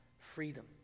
freedom